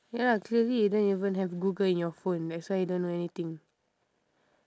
ya lah crazy don't even have google in your phone that's why you don't know anything